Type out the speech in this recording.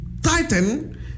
Titan